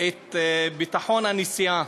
את ביטחון הנסיעה